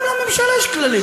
גם לממשלה יש כללים,